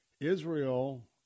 Israel